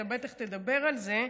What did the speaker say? אתה בטח תדבר על זה,